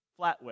flatware